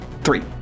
three